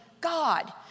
God